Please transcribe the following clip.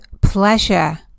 pleasure